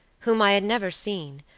whom i had never seen,